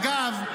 אגב,